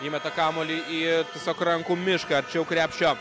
įmeta kamuolį į tiesiog rankų mišką arčiau krepšio